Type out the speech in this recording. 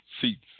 Seats